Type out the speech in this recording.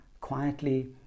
quietly